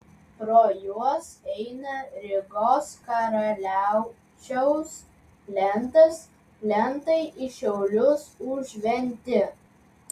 pro juos eina rygos karaliaučiaus plentas plentai į šiaulius užventį